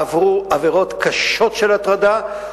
עברו עבירות קשות של הטרדה,